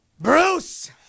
Bruce